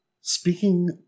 Speaking